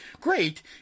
great